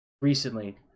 recently